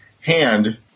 hand